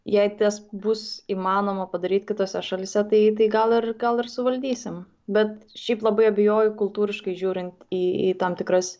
jei ties bus įmanoma padaryt kitose šalyse tai tai gal gal ir suvaldysim bet šiaip labai abejoju kultūriškai žiūrint į į tam tikras